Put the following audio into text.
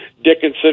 Dickinson